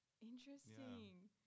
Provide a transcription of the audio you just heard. Interesting